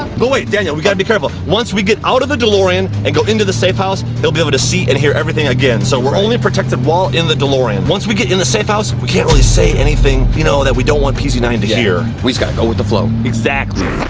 but wait, daniel, we've gotta be careful. once we get out of the delorean and go into the safe house, he'll be able to see and hear everything again. so we're only protected while in the delorean. once we get in the safe house we can't really say anything, you know, that we don't want p z nine to hear. we just gotta go with the flow. exactly.